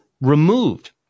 removed